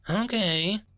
okay